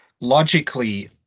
logically